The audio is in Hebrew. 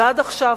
ועד עכשיו,